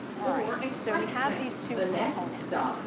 all right, so we have these two components.